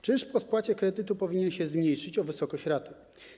Czynsz po spłacie kredytu powinien się zmniejszyć o wysokość raty.